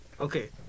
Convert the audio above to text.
Okay